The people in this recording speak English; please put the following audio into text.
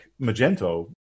Magento